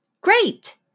Great